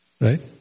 Right